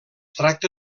tracta